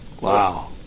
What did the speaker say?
Wow